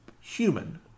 human